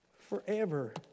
forever